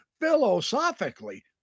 philosophically